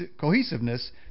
cohesiveness